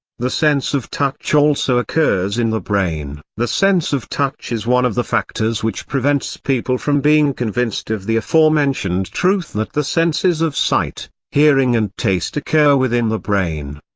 the sense of touch also occurs in the brain the sense of touch is one of the factors which prevents people from being convinced of the aforementioned truth that the senses of sight, hearing and taste occur within the brain.